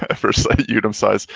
ah for site unit um size